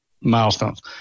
milestones